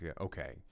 okay